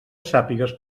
sàpigues